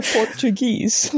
portuguese